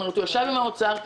הוא ישב עם אנשי משרד האוצר.